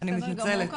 אני מתנצלת, תודה.